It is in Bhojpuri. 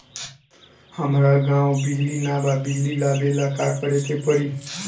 हमरा गॉव बिजली न बा बिजली लाबे ला का करे के पड़ी?